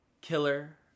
killer